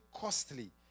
costly